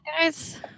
guys